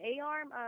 A-arm